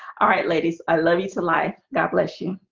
all right ladies. i love you to life. god bless you.